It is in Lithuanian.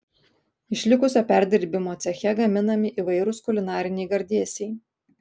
iš likusio perdirbimo ceche gaminami įvairūs kulinariniai gardėsiai